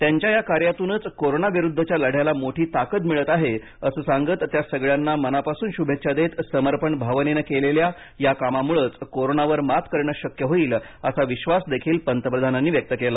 त्यांच्या या कार्यातूनच कोरोना विरुद्धच्या लढ्याला मोठी ताकद मिळते आहे असं सांगत त्या सगळ्यांना मनापासून शुभेच्छा देत समर्पण भावनेनं केलेल्या या कामामुळेच कोरोनावर मात करण शक्य होईल असा विश्वासदेखील पंतप्रधानांनी व्यक्त केला